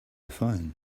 phone